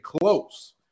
close